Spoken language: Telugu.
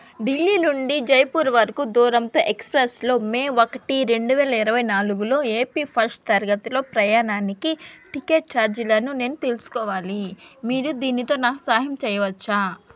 ఢిల్లీ నుండి జైపూర్ వరుకు దూరంతో ఎక్స్ప్రెస్లో మే ఒకటి రెండు వేల ఇరవై నాలుగులో ఏసీ ఫస్ట్ తరగతిలో ప్రయాణానికి టికెట్ ఛార్జీలను నేను తెలుసుకోవాలి మీరు దీనితో నా సాయం చేయవచ్చా